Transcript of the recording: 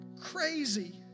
crazy